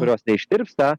kurios neištirpsta